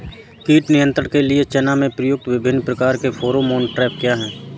कीट नियंत्रण के लिए चना में प्रयुक्त विभिन्न प्रकार के फेरोमोन ट्रैप क्या है?